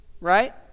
right